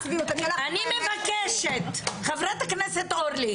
אני מבקשת, חברת הכנסת אורלי.